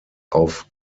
auf